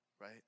right